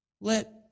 let